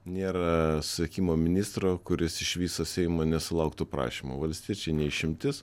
nėra susisiekimo ministro kuris iš viso seimo nesulauktų prašymo valstiečiai ne išimtis